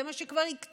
זה מה שכבר הקצו,